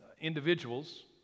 Individuals